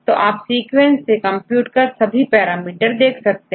तो आप सीक्वेंस से कंप्यूट कर सभी पैरामीटर देख सकते हैं